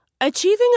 Achieving